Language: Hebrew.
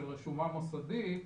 של רשומה מוסדית,